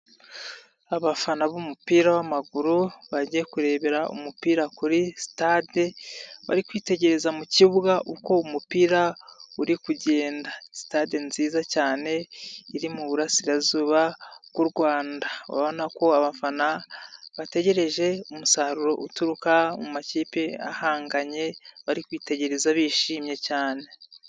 Abafana b'umupira w'amaguru bagiye kurebera umupira kuri sitade, bari kwitegereza mu kibuga uko umupira uri kugenda, sitade nziza cyane iri mu burasirazuba bw'u Rwanda, urabona ko abafana bategereje umusaruro uturuka mu makipe ahanganye bari kwitegereza bishimye cyane.